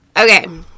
Okay